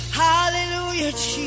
hallelujah